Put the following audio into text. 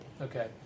Okay